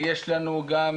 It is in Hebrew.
יש לנו גם